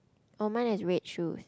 oh mine has red shoe